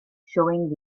showing